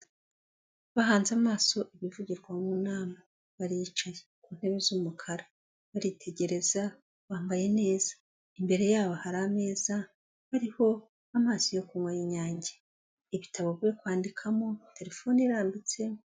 Bahanze amaso ibivugirwa mu nama, baricaye ku ntebe z'umukara, baritegereza, bambaye neza, imbere yabo hari ameza, hariho amazi yo kunywa y'inyange, ibitabo byo kwandikamo, telefone irambitse.